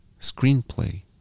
screenplay